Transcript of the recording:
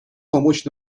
помочь